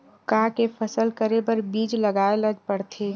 का के फसल करे बर बीज लगाए ला पड़थे?